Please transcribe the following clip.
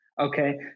Okay